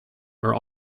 are